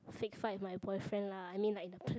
fake fight my boyfriend lah I mean like the play